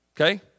Okay